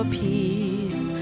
peace